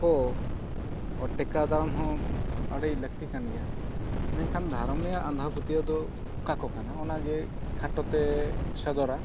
ᱠᱚ ᱴᱮᱠᱟᱣ ᱫᱟᱨᱟᱢ ᱦᱚᱸ ᱟᱹᱰᱤ ᱞᱟᱹᱠᱛᱤ ᱠᱟᱱᱜᱮᱭᱟ ᱢᱮᱱᱠᱷᱟᱱ ᱫᱷᱚᱨᱚᱢᱤᱭᱟᱹ ᱟᱸᱫᱷᱟᱯᱟᱹᱛᱭᱟᱹᱣ ᱫᱚ ᱚᱠᱟ ᱠᱚ ᱠᱟᱱᱟ ᱚᱱᱟᱜᱮ ᱠᱷᱟᱴᱚᱛᱮ ᱥᱚᱫᱚᱨᱟ